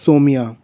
Saumya